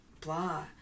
blah